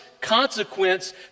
consequence